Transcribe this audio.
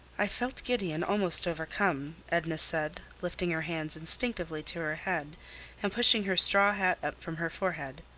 i felt giddy and almost overcome, edna said, lifting her hands instinctively to her head and pushing her straw hat up from her forehead.